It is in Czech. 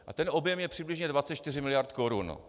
A ten objem je přibližně 24 miliard korun.